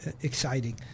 exciting